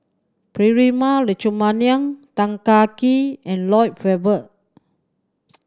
Prema Letchumanan Tan Kah Kee and Lloyd Valberg